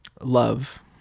love